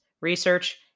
research